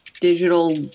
digital